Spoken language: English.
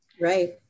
Right